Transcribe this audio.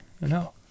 No